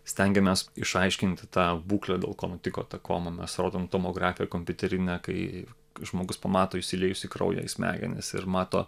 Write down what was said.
stengiamės išaiškinti tą būklę dėl ko nutiko ta koma mes rodom tomografiją kompiuterinę kai žmogus pamato išsiliejusį kraują į smegenis ir mato